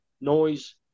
noise